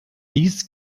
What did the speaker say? dies